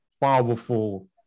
powerful